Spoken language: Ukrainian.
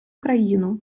країну